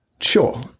Sure